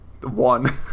one